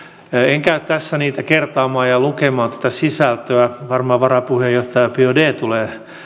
en käy tässä niitä kertaamaan ja lukemaan tätä sisältöä ehkä varapuheenjohtaja biaudet tulee